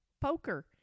poker